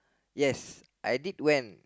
yes I did went